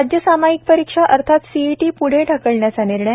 राज्य सामायिक परीक्षा अर्थात सीइटी पुढे ढकलण्याचा निर्णय